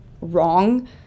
wrong